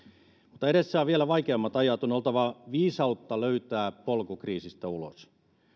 mutta edessä on vielä vaikeammat ajat on oltava viisautta löytää polku kriisistä ulos